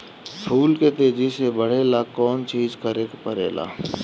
फूल के तेजी से बढ़े ला कौन चिज करे के परेला?